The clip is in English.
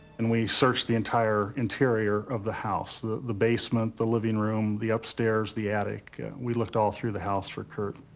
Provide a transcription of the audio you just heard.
and we searched the entire interior of the house the the basement, the living room, the upstairs, the attic. we left all through the house for kurt.